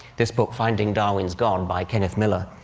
this book, finding darwin's god, by kenneth miller,